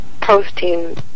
posting